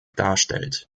darstellt